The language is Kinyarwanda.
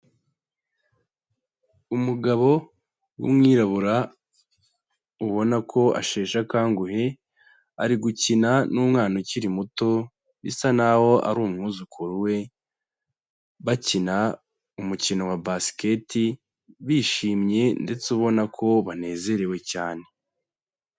Umugabo w'umwirabura, ubona ko asheshe akanguhe, ari gukina n'umwana ukiri muto bisa naho ari umwuzukuru we, bakina umukino wa Basiketi, bishimye ndetse ubona ko banezerewe cyane.